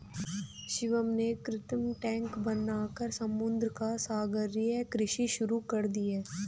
शिवम ने कृत्रिम टैंक बनाकर समुद्र में सागरीय कृषि शुरू कर दी